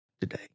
today